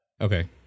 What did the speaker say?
Okay